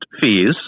fees